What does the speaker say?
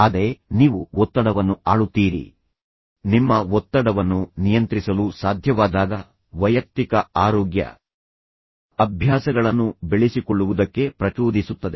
ಆದರೆ ನಾನು ನಿಮಗೆ ನೀವು ಒತ್ತಡವನ್ನು ಆಳುತ್ತೀರಿ ಮಿತವಾಗಿರುತ್ತೀರಿ ನೀವು ನಿಯಂತ್ರಿಸುತ್ತೀರಿ ಎಂದು ಪ್ರಾಮುಖ್ಯತೆ ನೀಡಬೇಕು ನೀವು ನಿಮ್ಮ ಒತ್ತಡವನ್ನು ನಿಯಂತ್ರಿಸಲು ಸಾಧ್ಯವಾದಾಗ ವೈಯಕ್ತಿಕ ಆರೋಗ್ಯ ಅಭ್ಯಾಸಗಳನ್ನು ಬೆಳೆಸಿಕೊಳ್ಳುವುದಕ್ಕೆ ಪ್ರಚೋದಿಸುತ್ತದೆ